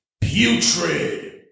putrid